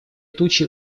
тучи